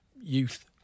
youth